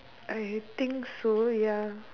I think so ya